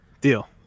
Deal